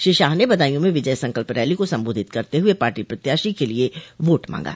श्री शाह ने बदायूं में विजय संकल्प रैली को संबोधित करते हुए पार्टी प्रत्याशी के लिय वोट मांगा